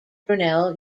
brunel